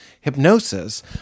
hypnosis